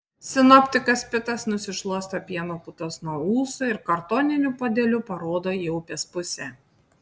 sinoptikas pitas nusišluosto pieno putas nuo ūsų ir kartoniniu puodeliu parodo į upės pusę